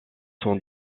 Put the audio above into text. sont